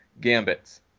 Gambits